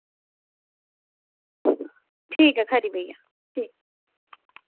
ठीक ऐ खरी भैया ठीक